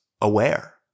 aware